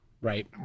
Right